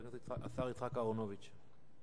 השר יצחק אהרונוביץ.